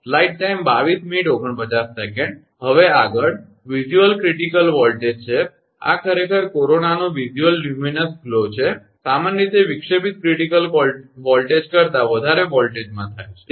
હવે આગળ visual critical voltage છે આ ખરેખર આ કોરોનાનો વિઝ્યુઅલ લ્યુમિનસ ગ્લો છે સામાન્ય રીતે વિક્ષેપિત ક્રિટિકલ વોલ્ટેજ કરતા વધારે વોલ્ટેજમાં થાય છે બરાબર